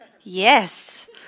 Yes